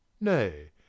Nay